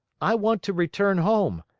i want to return home,